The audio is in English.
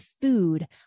food